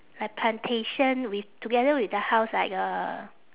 like plantation with together with the house like a